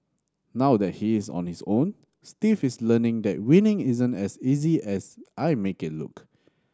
now that he is on his own Steve is learning that winning isn't as easy as I make it look